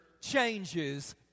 changes